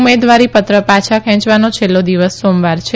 ઉમેદવારી પાછી ખેંચવાનો છેલ્લો દિવસ સોમવાર છે